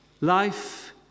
Life